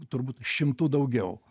turbūt šimtu daugiau